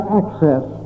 access